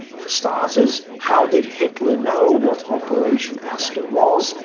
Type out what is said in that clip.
for starters, how did hitler know what operation aster was,